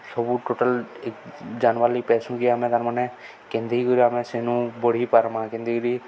ସବୁ ଟୋଟାଲ୍ ଜାନ୍ବାର୍ଲାଗି ପାଏସୁ କିି ଆମେ ତାର୍ମାନେ କେନ୍ତିକରି ଆମେ ସେନୁ ବଢ଼ି ପାର୍ମା କେନ୍ତିକିରି